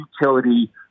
utility